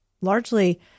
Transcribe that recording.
largely